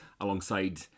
alongside